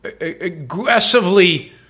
aggressively